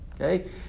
Okay